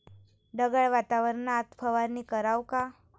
ढगाळ वातावरनात फवारनी कराव का?